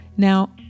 Now